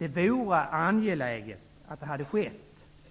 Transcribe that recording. Det vore angeläget att så hade skett